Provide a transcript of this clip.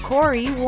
Corey